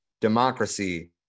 democracy